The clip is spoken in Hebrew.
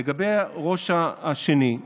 לגבי הראש השני,